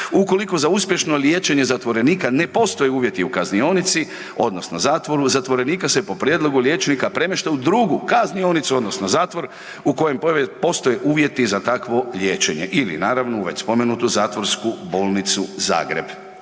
Ukoliko za uspješno liječenje zatvorenika ne postoje uvjeti u kaznionici odnosno zatvoru zatvorenika se po prijedlogu liječnika premješta u drugu kaznionicu odnosno zatvor u kojem postoje uvjeti za takvo liječenje ili naravno već spomenutu zatvorsku bolnicu Zagreb.